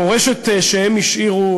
המורשת שהם השאירו,